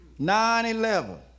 9-11